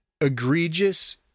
egregious